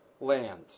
land